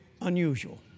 unusual